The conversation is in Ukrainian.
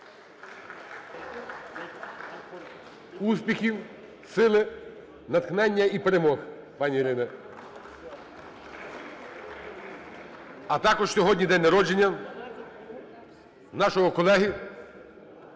Успіхів, сили, натхнення і перемог, пані Ірина! (Оплески) А також сьогодні день народження нашого колеги,